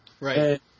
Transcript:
Right